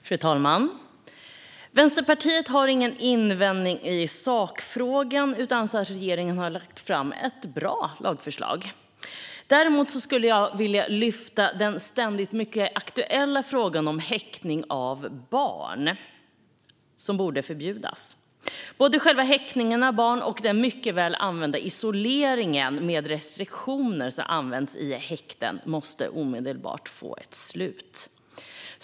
Fru talman! Vänsterpartiet har ingen invändning i sakfrågan utan anser att regeringen har lagt fram ett bra lagförslag. Däremot skulle jag vilja lyfta fram den ständigt mycket aktuella frågan om häktning av barn, vilket borde förbjudas. Både själva häktningen av barn och den mycket väl använda isoleringen med restriktioner som används i häkten måste omedelbart få ett slut.